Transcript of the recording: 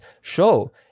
show